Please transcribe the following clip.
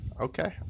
Okay